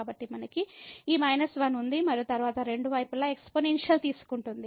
కాబట్టి మనకు ఈ −1 ఉంది మరియు తరువాత రెండు వైపులా ఎక్స్పోనెన్షియల్ తీసుకుంటుంది